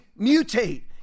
mutate